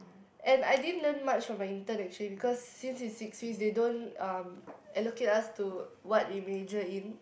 and I didn't learn much from my intern actually because since it's six weeks they don't um allocate us to what we major in